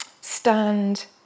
stand